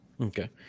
okay